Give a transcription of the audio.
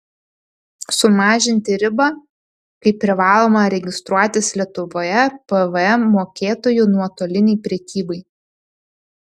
sumažinti ribą kai privaloma registruotis lietuvoje pvm mokėtoju nuotolinei prekybai